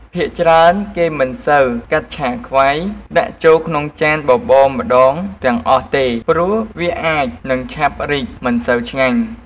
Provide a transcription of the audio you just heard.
ភាគច្រើនគេមិនសូវកាត់ឆាខ្វៃដាក់ចូលក្មុងចានបបរម្តងទាំងអស់ទេ ព្រោះវាអាចនឹងឆាប់រីកមិនសូវឆ្ញាញ់។